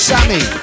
Sammy